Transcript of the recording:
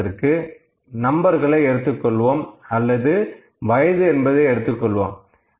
உதாரணத்திற்கு நம்பர்களை எடுத்துக்கொள்வோம் அல்லது வயது என்பதை எடுத்துக் கொள்வோம்